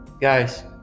Guys